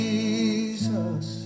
Jesus